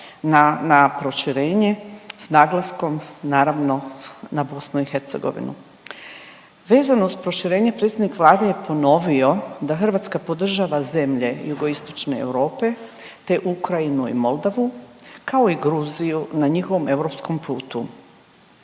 na proširenje s naglaskom naravno na BiH. Vezano uz proširenje predsjednik Vlade je ponovio da Hrvatska podržava zemlje jugoistočne Europe te Ukrajinu i Moldavu kao i Gruziju na njihovom europskom putu,